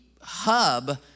hub